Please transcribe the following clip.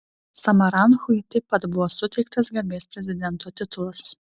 samaranchui taip pat buvo suteiktas garbės prezidento titulas